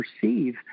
perceive